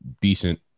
decent